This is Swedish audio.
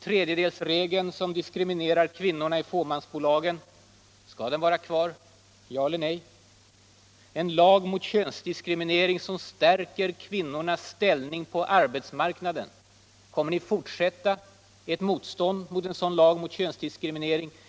Tredjedelsregeln, som diskriminerar kvinnorna i fåmansbolagen — skall den vara kvar? Ja eller nej! En lag mot könsdiskriminering som stärker kvinnornas ställning på arbetsmarknaden — kommer ni att fortsätta ert motstånd mot en sådan lag,